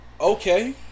Okay